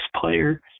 player